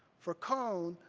for cone,